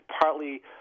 partly